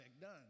done